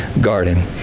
garden